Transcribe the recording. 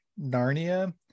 Narnia